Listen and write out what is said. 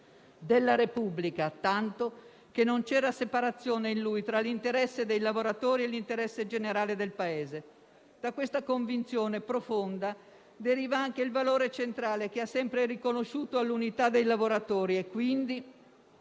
della Repubblica, tanto che non c'era separazione, in lui, tra l'interesse dei lavoratori e l'interesse generale del Paese. Da questa convinzione profonda deriva anche il valore centrale che ha sempre riconosciuto all'unità dei lavoratori e, quindi,